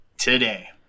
Today